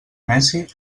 neci